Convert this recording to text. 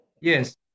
yes